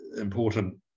important